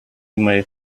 may